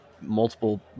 multiple